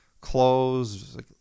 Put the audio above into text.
clothes